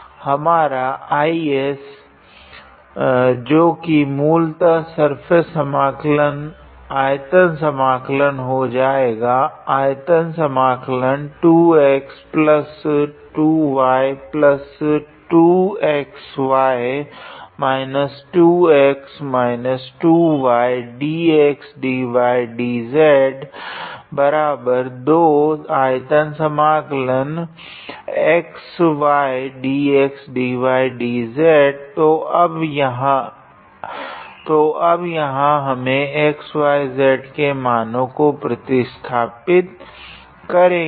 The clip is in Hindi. तो हमारा IS जो की मूलतः सर्फेस समाकलन आयतन समाकलन हो जाएगा तो अब यहाँ हमें xyz के मानों को प्रतिस्थापित करेगे